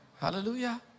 Hallelujah